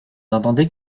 n’entendait